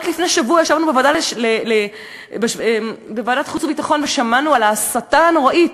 רק לפני שבוע ישבנו בוועדת חוץ וביטחון ושמענו על ההסתה הנוראית,